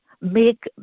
make